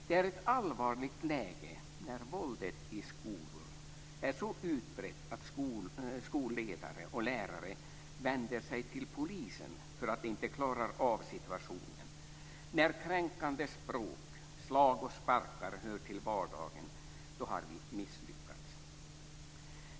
Det är ett allvarligt läge när våldet i skolorna är så utbrett att skolledare och lärare vänder sig till polisen för att de inte klarar av situationen. När kränkande språk, slag och sparkar hör till vardagen har vi misslyckats.